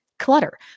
clutter